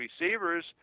receivers